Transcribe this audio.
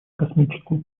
космического